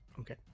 Okay